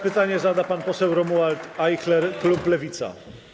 Pytanie zada pan poseł Romuald Ajchler, klub Lewica.